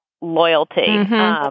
loyalty